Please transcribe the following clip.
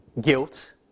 guilt